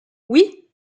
oui